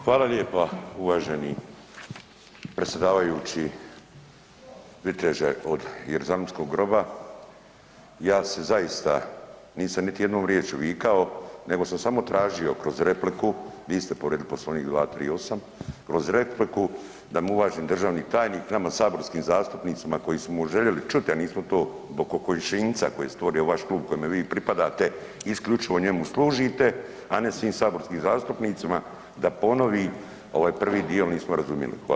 Hvala lijepa uvaženi predsjedavajući viteže od jeruzalemskog groba, ja se zaista nisam niti jednom riječju vikao nego sam samo tražio kroz repliku, vi ste povrijedili Poslovnik 238., kroz repliku da mi uvaženi državni tajnik, nama saborskim zastupnicima koji smo željeli čuti, a nismo to zbog kokošinjca koji je stvorio vaš klub kojemu i vi pripadate i isključivo njemu služite, a ne svim saborskim zastupnicima da ponovi ovaj prvi dio jel nismo razumjeli.